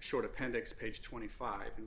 short appendix page twenty five